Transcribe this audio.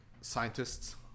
Scientists